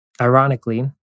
ironically